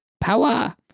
power